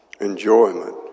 enjoyment